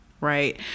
right